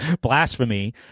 blasphemy